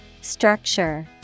Structure